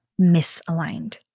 misaligned